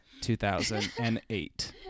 2008